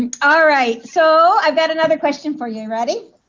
ah ah right. so i have got another question for you, ready?